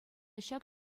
ҫак